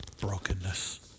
brokenness